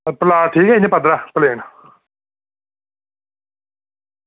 plot ठीक ऐ इ'यां पद्धरा प्लेन